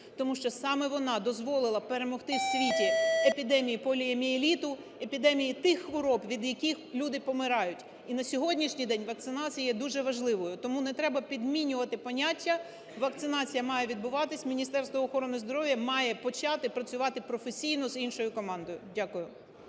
Тому що саме вона дозволила перемогти у світі епідемії поліомієліту, епідемії тих хвороб, від яких люди помирають. І на сьогоднішній день вакцинація є дуже важливою. Тому не треба підмінювати поняття. Вакцинація має відбуватись. Міністерство охорони здоров'я має почати працювати професійно з іншою командою. Дякую.